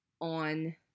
on